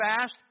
fast